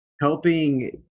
helping